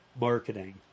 marketing